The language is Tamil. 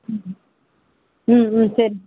ம் ம் ம் சரி